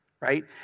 right